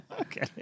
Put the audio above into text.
Okay